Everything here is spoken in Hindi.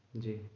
जी